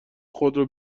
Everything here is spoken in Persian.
خودرو